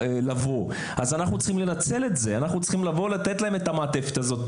אנחנו צריכים לנצל את זה ולתת להם את המעטפת.